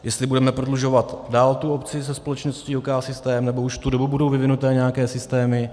Jestli budeme prodlužovat dál tu opci se společností OKsystem, nebo už v tu dobu budou vyvinuté nějaké systémy.